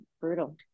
Brutal